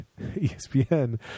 ESPN